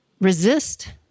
Resist